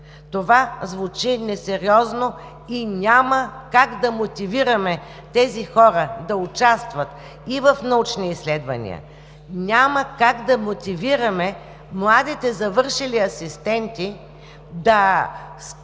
Това звучи несериозно и няма как да мотивираме тези хора да участват и в научни изследвания, няма как да мотивираме младите завършили асистенти да се